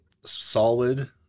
solid